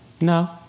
no